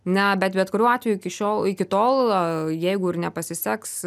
na bet bet kuriuo atveju iki šiol iki tol jeigu ir nepasiseks